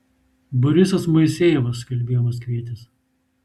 borisas moisejevas kalbėjo maskvietis